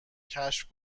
کشف